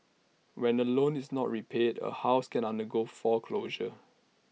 when A loan is not repaid A house can undergo foreclosure